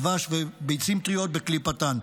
דבש וביצים טריות בקליפתן.